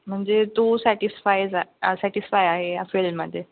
म्हणजे तू satisfies satisfy आहे या फील्डमध्ये